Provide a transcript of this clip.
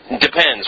Depends